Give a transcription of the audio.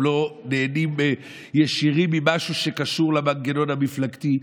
הם לא נהנים ישירים ממשהו שקשור למנגנון המפלגתי.